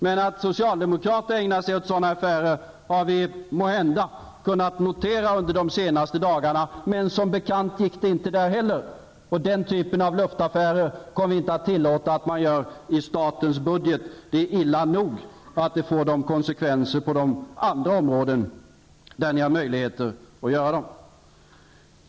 Men att socialdemokraterna ägnar sig åt sådana affärer har vi, måhända, kunnat notera under de senaste dagarna. Men som bekant fungerade inte det heller. Den typen av luftaffärer kommer vi inte att tillåta i statens budget. Det är illa nog att dessa affärer kan få konsekvenser på andra områden där ni har möjlighet att genomföra dem.